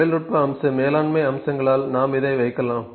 தொழில்நுட்ப அம்ச மேலாண்மை அம்சங்களால் நாம் இதை வைக்கலாம்